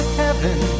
heaven